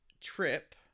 trip